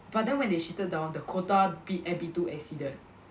but then when they shifted down the quota B at B two exceeded